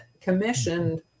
commissioned